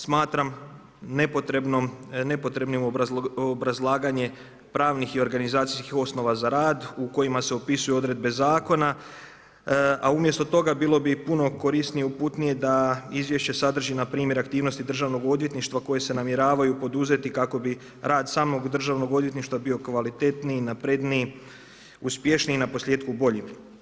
Smatram nepotrebnim obrazlaganje pravnih i organizacijskih osnova za rad u kojima se opisuju odredbe zakona, a umjesto toga bilo bi puno korisnije, uputnije da izvješće sadrži npr. aktivnosti državnog odvjetništva koje se namjeravaju poduzeti kako bi rad samog državnog odvjetništva bio kvalitetniji, napredniji, uspješniji, naposljetku bolji.